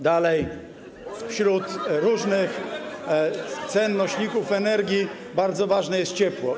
Dalej, wśród różnych cen nośników energii bardzo ważne są ceny ciepła.